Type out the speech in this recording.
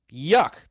Yuck